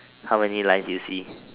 how many lines do you see